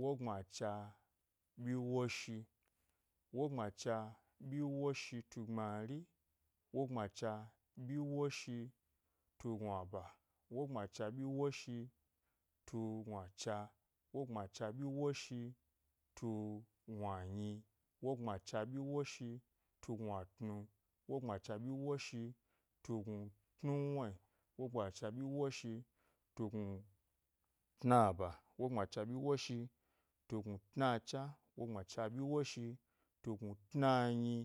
Wogbmacha ɓyi wosh, wogbmacha ɓyi tu gbmari, wogbmacha ɓyi woshi tu gnuaba, wogbmacha ɓyi woshi tu gnuacha, wogbmacha ɓyi woshitu gnuanyi, wogbmacha ɓyi woshio tu gnatnu, wogbmacha ɓyi woshitu gnutnuwne, wogbmacha ɓyi woshitu gnu tnacha, wogbmacha ɓyi woshitu gnu tnanyi,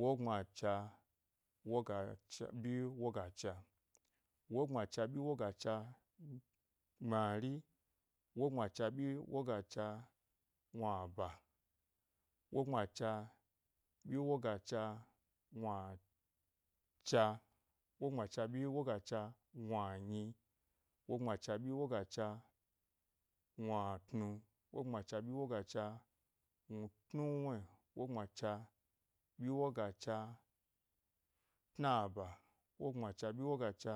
wogbmacha wogacha ɓyi wogacha, wogbmacha wogacha ɓyi woga cha gɓmari wogacha gnuaba, wogbmacha ɓyi wogacha gauacha, wogbmacha ɓyi wogacha gnuanyi wogbmacha ɓyi wogacha gnuatnu wogbma cha ɓyi wogacha gnu tauwni, wogbmacha ɓyi woga cha tuaba, wogbmacha ɓyi wogacha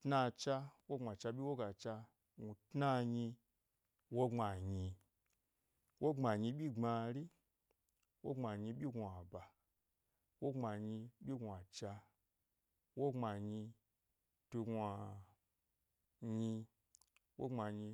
tnacha wogbma cha ɓyi wogacha tna cha, wogbmacha, byi wogacha gnu tnanyi, wogbma nyi, wogbmanyi ɓyi gbmari, wogbma nyi ɓyi gnuaba, wogbma nyi ɓyi gnuacha, wogbma nyi he gnua nyi wogbma nyi.